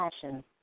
passion